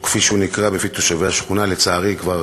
או כפי שהוא נקרא בפי תושבי השכונה, לצערי כבר